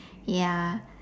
ya